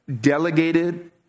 delegated